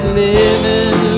living